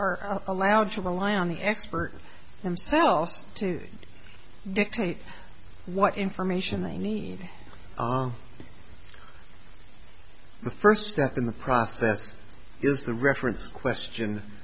are allowed to rely on the expert himself to dictate what information they need the first step in the process is the reference question